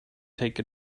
take